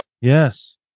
Yes